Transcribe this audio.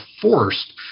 forced